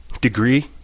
degree